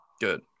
Good